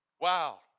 Wow